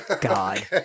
god